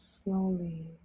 slowly